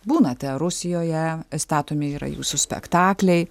būnate rusijoje statomi yra jūsų spektakliai